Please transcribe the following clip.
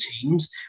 teams